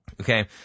Okay